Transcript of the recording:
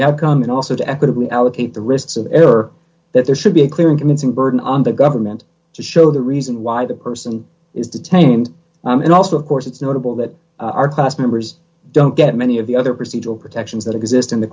the outcome and also to equitably allocate the risks of error that there should be a clear and convincing burden on the government to show the reason why the person is detained and also of course it's notable that our class members don't get many of the other procedural protections that exist in the